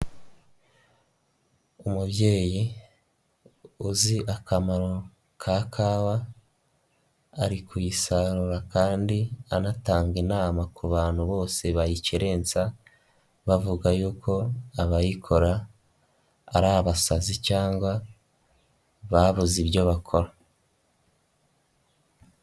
Umubyeyi uzi akamaro ka kawa; ari kuyisarura kandi anatanga inama ku bantu bose bayikerensa bavuga yuko abayikora ari abasazi cyangwa babuze ibyo bakora.